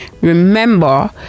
remember